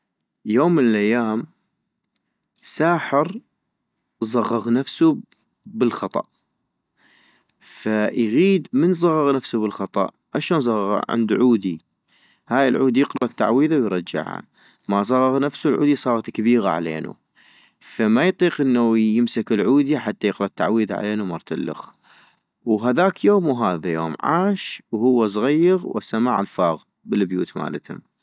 يوم من الايام ساحر صغغ نفسو بالخطأ ، فايغيد-من صغغ